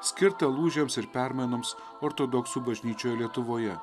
skirtą lūžiams ir permainoms ortodoksų bažnyčioje lietuvoje